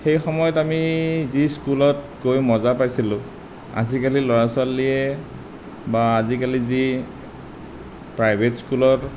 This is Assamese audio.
সেই সময়ত আমি যি স্কুলত গৈ মজা পাইছিলোঁ আজিকালি ল'ৰা ছোৱালীয়ে বা আজিকালি যি প্ৰাইভেট স্কুলৰ